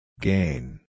Gain